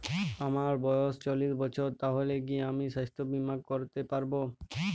আমার বয়স চল্লিশ বছর তাহলে কি আমি সাস্থ্য বীমা করতে পারবো?